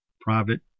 private